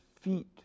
feet